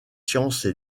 sciences